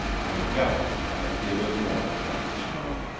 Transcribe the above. i doubt could i feel it more, john snow.